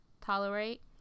tolerate